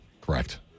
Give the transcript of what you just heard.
Correct